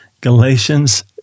Galatians